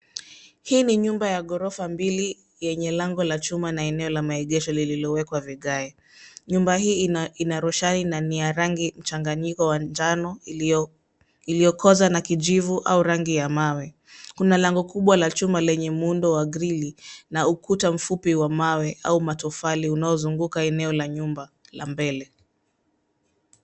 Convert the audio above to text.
Hii ni nyumba ya ghorofa mbili yenye milango ya chuma na eneo la maegesho lililowekwa kwa vigae. Nyumba hii ina roshani na ina rangi mchanganyiko wa njano iliyochanganywa na kijivu au rangi ya mawe. Kuna lango kubwa la chuma na ukuta mfupi wa mawe au matofali unaozunguka eneo la mbele la nyumba.